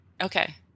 Okay